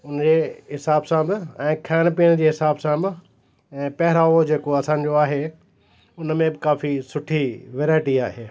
में हिसाब सां बि ऐं खाइण पीअण जे हिसाब सां बि ऐं पहिरां हो जेको असांजो आहे उन में बि काफ़ी सुठी वैरायटी आहे